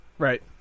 Right